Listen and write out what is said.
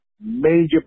major